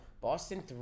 Boston